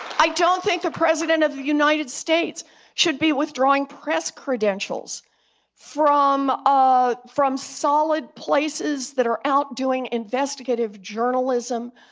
i don't think the president of the united states should be withdrawing press credentials from ah from solid places that are out doing investigative journalism,